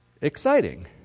exciting